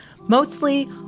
mostly